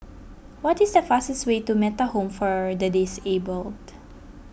what is the fastest way to Metta Home for the Disabled